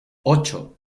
ocho